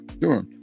sure